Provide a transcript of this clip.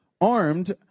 armed